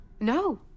No